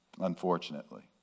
Unfortunately